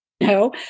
No